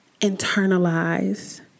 internalize